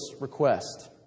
request